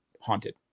haunted